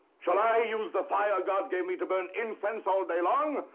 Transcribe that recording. shall i use the fire god gave me to burn incense all day long?